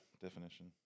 definition